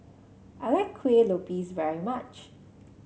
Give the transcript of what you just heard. I like Kuih Lopes very much